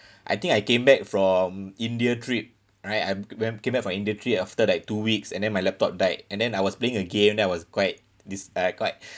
I think I came back from india trip right I'm when I came back from india trip after like two weeks and then my laptop died and then I was playing a game then I was quite dis~ uh quite